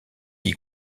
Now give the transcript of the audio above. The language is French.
qui